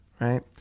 right